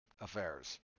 affairs